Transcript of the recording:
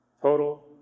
total